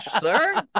sir